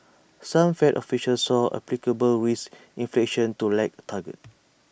some fed officials saw applicable risk inflation to lag target